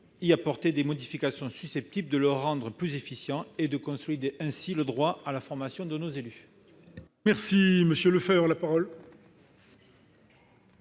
y apporter des modifications susceptibles de le rendre plus efficient et de consolider ainsi le droit à la formation de nos élus. La parole